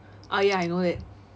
ah ya I know that